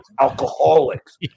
Alcoholics